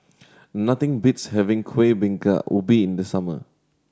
nothing beats having Kuih Bingka Ubi in the summer